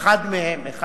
אחד מהם.